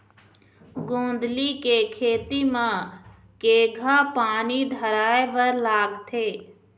गोंदली के खेती म केघा पानी धराए बर लागथे?